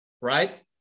right